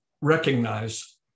recognize